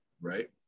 right